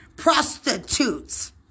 prostitutes